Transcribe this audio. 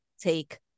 take